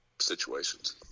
situations